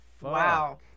Wow